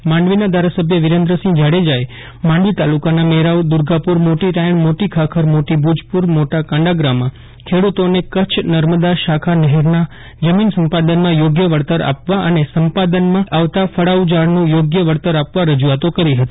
માંડવીના ધારાસભ્ય વિરેન્દ્રસિંહ જાડેજાએ માંડવી તાલુકાના મેરાઉ દુર્ગાપુર મોટી રાયણ મોટી ખાખર મોટી ભુજપુર મોટા કાંડાગરામાં ખેડૂતોને કચ્છ નર્મદા શાખા નહેરના જમીન સંપાદનમાં યોગ્ય વળતર આપવા અને સંપદાનમાં આવતા ફળાઉ ઝાડનું યોગ્ય વળતર આપવા રજૂઆતો કરી હતી